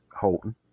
Holton